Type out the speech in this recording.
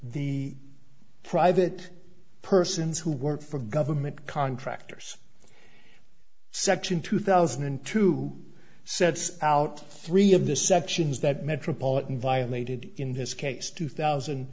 the private persons who work for government contractors section two thousand and two sets out three of the sections that metropolitan violated in this case two thousand